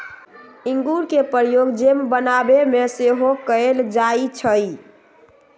इंगूर के प्रयोग जैम बनाबे में सेहो कएल जाइ छइ